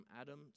Adam